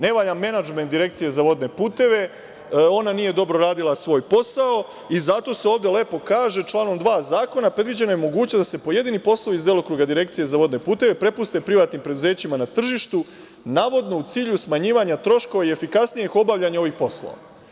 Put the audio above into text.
Ne valja menadžment Direkcije za vodne puteve, ona nije dobro radila svoj posao i zato se ovde lepo kaže u članu 2. zakona – predviđena je mogućnost da se pojedini poslovi iz delokruga Direkcije za vodne puteve prepusti privatnim preduzećima na tržištu, a navodno u cilju smanjivanja troškova i efikasnijeg obavljanja ovih poslova.